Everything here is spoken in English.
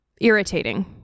irritating